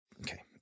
Okay